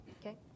Okay